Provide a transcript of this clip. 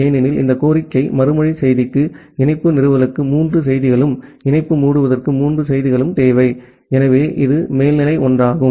ஏனெனில் இந்த கோரிக்கை மறுமொழி செய்திக்கு இணைப்பு நிறுவலுக்கு மூன்று செய்திகளும் இணைப்பு மூடுவதற்கு மூன்று செய்திகளும் தேவை எனவே இது மேல்நிலை ஒன்றாகும்